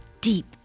deep